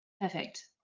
Perfect